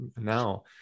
now